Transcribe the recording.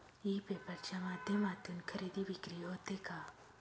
E paper च्या माध्यमातून खरेदी विक्री होते का?